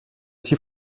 sie